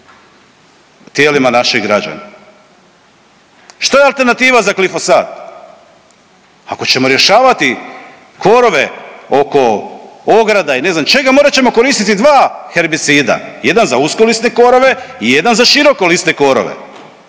u tijelima naših građana. Što je alternativa za glifosat? Ako ćemo rješavati korove oko ograda i ne znam čega morat ćemo koristiti dva herbicida, jedan za uskolisne korove i jedan za širokolisne korove,